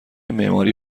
معماری